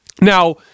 Now